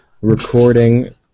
recording